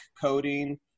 coding